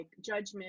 judgment